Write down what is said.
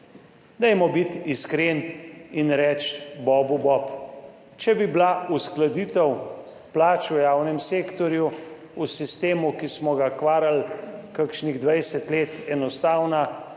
Dajmo biti iskreni in reči bobu bob. Če bi bila uskladitev plač v javnem sektorju v sistemu, ki smo ga kvarili kakšnih 20 let, enostavna